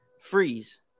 Freeze